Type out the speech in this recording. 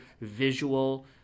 visual